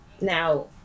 Now